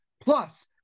Plus